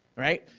right?